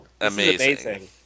Amazing